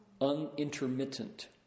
unintermittent